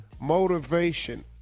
motivation